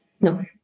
No